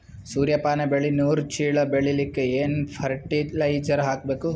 ಸೂರ್ಯಪಾನ ಬೆಳಿ ನೂರು ಚೀಳ ಬೆಳೆಲಿಕ ಏನ ಫರಟಿಲೈಜರ ಹಾಕಬೇಕು?